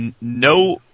no